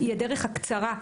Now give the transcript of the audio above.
היא הדרך הקצרה.